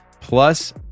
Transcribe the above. plus